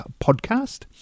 podcast